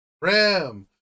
Ram